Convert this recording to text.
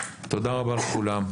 תודה רבה לכולם,